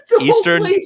eastern